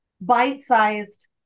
bite-sized